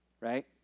right